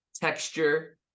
texture